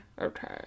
Okay